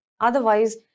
Otherwise